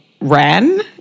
ran